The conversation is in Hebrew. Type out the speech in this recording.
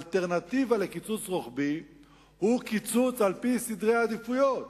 האלטרנטיבה לקיצוץ רוחבי היא קיצוץ על-פי סדרי עדיפויות.